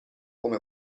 come